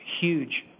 huge